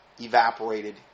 evaporated